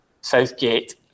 Southgate